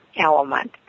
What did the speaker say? element